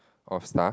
of stuff